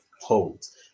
holds